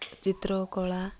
ଚିତ୍ର କଳା